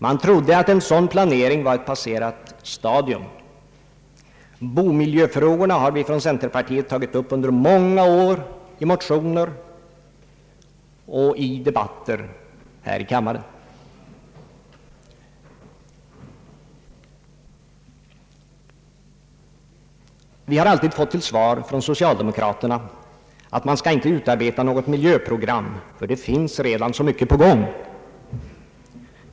Man trodde att en sådan planering var ett passerat stadium. Bomiljöfrågorna har av centerpartiet tagits upp under många år i motioner och i debatter här i kammaren. Vi har alltid fått till svar från socialdemokraterna att man inte skall utarbeta något miljöprogram eftersom det redan finns så mycket på gång.